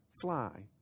fly